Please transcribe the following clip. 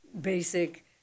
basic